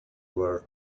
were